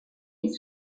est